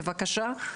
אדוני, בבקשה.